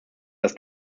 dass